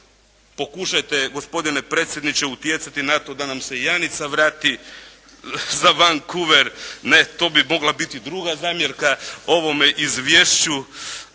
Pokušajte gospodine predsjedniče utjecati na to da nam se i Janica vrati za Vankuver, ne? To bi mogla biti druga zamjerka ovome izvješću.